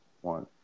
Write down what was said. One